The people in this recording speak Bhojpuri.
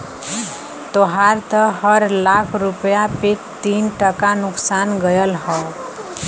तोहार त हर लाख रुपया पे तीन टका नुकसान गयल हौ